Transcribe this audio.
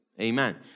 amen